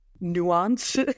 nuance